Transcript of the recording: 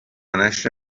نشر